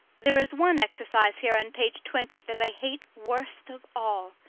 there is one exercise here on page twenty that i hate worst of all.